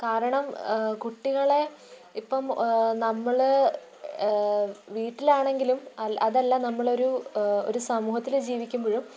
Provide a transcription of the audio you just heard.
കാരണം കുട്ടികളെ ഇപ്പം നമ്മൾ വീട്ടിലാണെങ്കിലും അതല്ല നമ്മളൊരു ഒരു സമൂഹത്തിൽ ജീവിക്കുമ്പോഴും